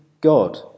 God